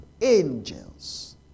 angels